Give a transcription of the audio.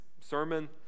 sermon